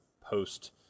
post